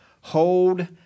Hold